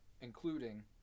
including